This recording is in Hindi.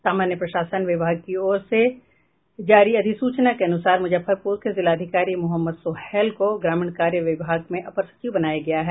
सामान्य प्रशासन विभाग की ओर से जारी अधिसूचना के अनुसार मुजफ्फरपुर के जिलाधिकारी मो सोहैल को ग्रामीण कार्य विभाग में अपर सचिव बनाया गया है